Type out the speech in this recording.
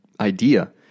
idea